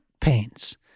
pains